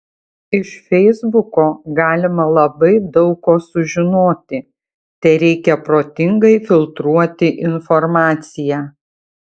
iš feisbuko galima labai daug ko sužinoti tereikia protingai filtruoti informaciją